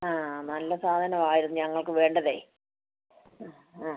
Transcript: ആ നല്ല സാധനം ആയിരുന്നു ഞങ്ങൾക്ക് വേണ്ടതെ ആ ആ